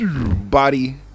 body